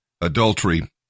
adultery